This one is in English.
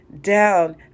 down